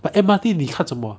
but M_R_T 你看什么